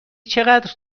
چقدر